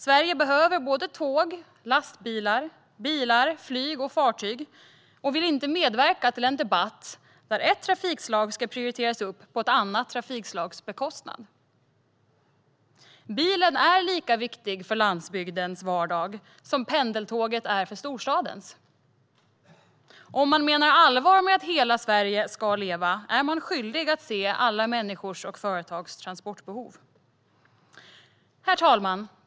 Sverige behöver tåg, bilar, lastbilar, flyg och fartyg, och vi vill inte medverka till en debatt där ett trafikslag ska prioriteras upp på ett annat trafikslags bekostnad. Bilen är lika viktig för landsbygdens vardag som pendeltåget är för storstadens. Om man menar allvar med att hela Sverige ska leva är man skyldig att se alla människors och företags transportbehov. Herr talman!